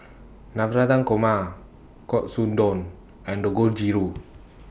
Navratan Korma Katsudon and Dangojiru